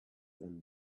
than